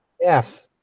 Yes